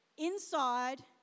inside